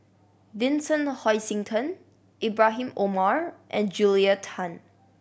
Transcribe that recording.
Vincent Hoisington Ibrahim Omar and Julia Tan